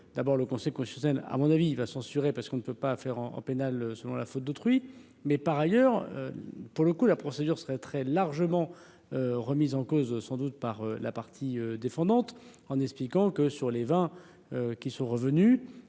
D'abord le conseil chez à mon avis il va censurer parce qu'on ne peut pas faire en en pénale selon la faute d'autrui, mais par ailleurs, pour le coup, la procédure serait très largement remise en cause, sans doute par la partie des fondante en expliquant que sur les 20 qui sont revenus,